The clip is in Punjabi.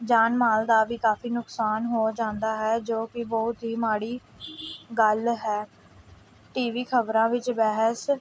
ਜਾਨ ਮਾਲ ਦਾ ਵੀ ਕਾਫ਼ੀ ਨੁਕਸਾਨ ਹੋ ਜਾਂਦਾ ਹੈ ਜੋ ਕਿ ਬਹੁਤ ਹੀ ਮਾੜੀ ਗੱਲ ਹੈ ਟੀਵੀ ਖਬਰਾਂ ਵਿੱਚ ਬਹਿਸ